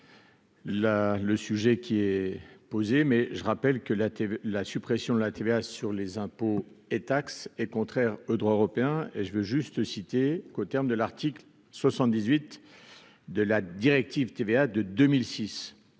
je rappelle que la suppression de la TVA sur les impôts et taxes est contraire au droit européen. Aux termes de l'article 78 de la directive TVA de 2006